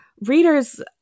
readers